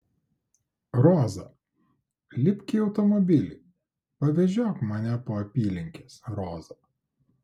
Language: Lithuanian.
roza lipk į automobilį pavežiok mane po apylinkes roza